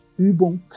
Übung